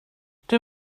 rydw